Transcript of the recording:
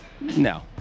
no